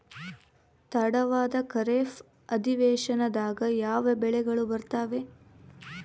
ತಡವಾದ ಖಾರೇಫ್ ಅಧಿವೇಶನದಾಗ ಯಾವ ಬೆಳೆಗಳು ಬರ್ತಾವೆ?